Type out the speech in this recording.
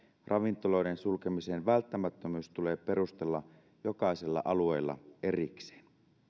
ravintoloiden sulkemisen välttämättömyys tulee perustella jokaisella alueella erikseen